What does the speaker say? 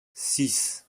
six